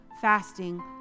fasting